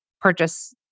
purchase